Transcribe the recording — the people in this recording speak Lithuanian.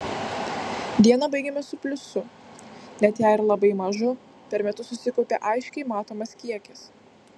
dieną baigiame su pliusu net jei ir labai mažu per metus susikaupia aiškiai matomas kiekis